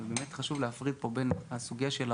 ובאמת חשוב להפריד פה בין הסוגייה של הרופאים,